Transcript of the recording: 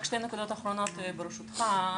רק שתי נקודות אחרונות, ברשותך.